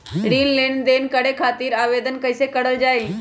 ऋण लेनदेन करे खातीर आवेदन कइसे करल जाई?